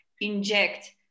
inject